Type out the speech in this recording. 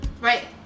right